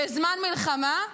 בזמן מלחמה,